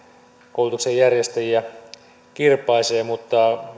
koulutuksen järjestäjiä kirpaisevat mutta